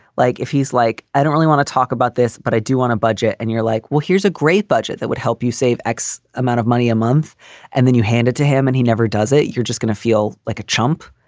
like, if he's like, i don't really want to talk about this, but i do want a budget. and you're like, well, here's a great budget that would help you save x amount of money a month and then you hand it to him and he never does it. you're just gonna feel like a chump.